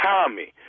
Tommy